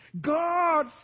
God